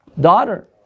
daughter